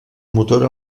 motor